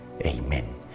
Amen